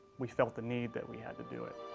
we felt the need that we had to do it.